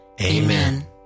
Amen